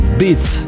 beats